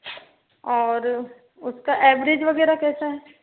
और उसका एवरेज वगेरह कैसा है